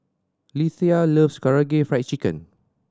Lethia loves Karaage Fried Chicken